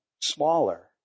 smaller